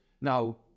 Now